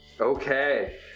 Okay